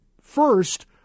First